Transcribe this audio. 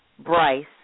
Bryce